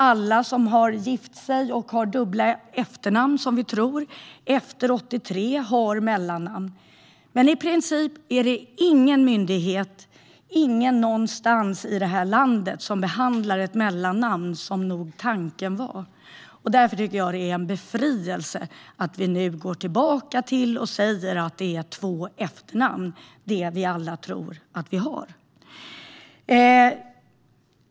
Alla som gifte sig efter 1983 och har dubbla efternamn har egentligen mellannamn. Men i princip är det ingen myndighet och ingen någonstans i detta land som behandlar ett mellannamn på det sätt som tanken nog var. Därför är det en befrielse att vi går tillbaka till att det är två efternamn - det som alla tror att vi har.